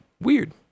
weird